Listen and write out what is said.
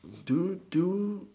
do you do